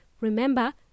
Remember